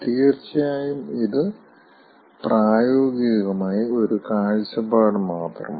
തീർച്ചയായും ഇത് പ്രായോഗികമായി ഒരു കാഴ്ച്ചപ്പാട് മാത്രമാണ്